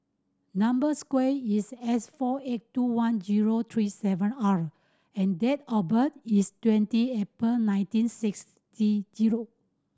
number square is S four eight two one zero three seven R and date of birth is twenty April nineteen sixty zero